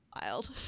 Wild